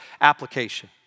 application